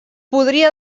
podria